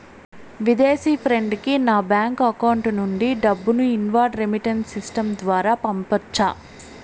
విదేశీ ఫ్రెండ్ కి నా బ్యాంకు అకౌంట్ నుండి డబ్బును ఇన్వార్డ్ రెమిట్టెన్స్ సిస్టం ద్వారా పంపొచ్చా?